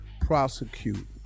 prosecute